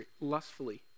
lustfully